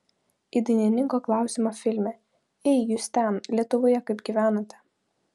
į dainininko klausimą filme ei jūs ten lietuvoje kaip gyvenate